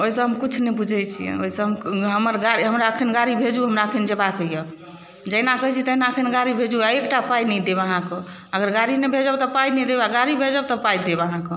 ओहिसँ हम किछु नहि बुझै छियै ओहिसँ हम हमर गाड़ी हमरा अखन गाड़ी भेजू हमरा अखन जेबाक यऽ जहिना कहै छी तहिना अखन गाड़ी भेजू आ एकटा पाइ नहि देब अहाँके अगर गाड़ी नहि भेजब तऽ पाइ नहि देब आ गाड़ी भेजब तऽ पाइ देब अहाँके